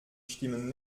stimmen